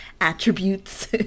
attributes